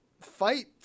fight